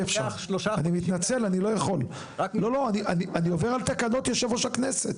אני עובר על תקנות יושב ראש הכנסת.